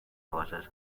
horses